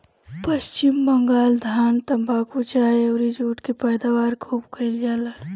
पश्चिम बंगाल धान, तम्बाकू, चाय अउरी जुट के पैदावार खूब कईल जाला